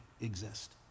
exist